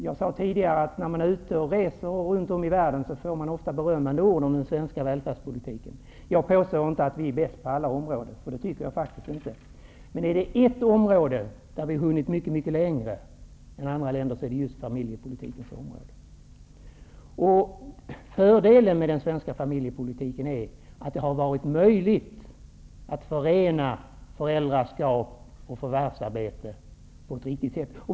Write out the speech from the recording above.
Jag sade tidigare att när man är ute och reser runt om i världen får man ofta berömmande ord om den svenska välfärdspolitiken. Jag påstår inte att vi är bäst på alla områden, för det tycker jag faktiskt inte, men är det ett område där vi har hunnit mycket mycket längre än man har gjort i andra länder, så är det just på familjepolitikens område. Fördelen med den svenska familjepolitiken är att det har varit möjligt att förena föräldraskap och förvärvsarbete på ett riktigt sätt.